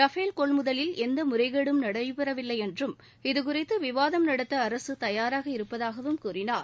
Rafale கொள்முதலில் எந்த முறைகேடும் நடைபெறவில்லை என்றும் இது குறித்து விவாதம் நடத்த அரசு தயாராக இருப்பதாகவும் கூறினார்